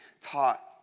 taught